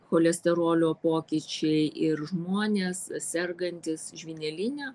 cholesterolio pokyčiai ir žmonės sergantys žvyneline